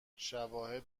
شواهد